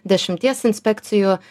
dešimties inspekcijų